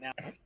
now